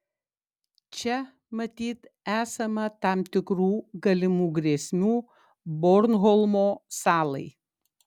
čia matyt esama tam tikrų galimų grėsmių bornholmo salai